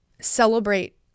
celebrate